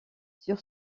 sur